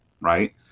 right